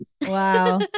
Wow